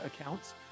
accounts